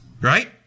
Right